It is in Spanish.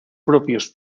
propios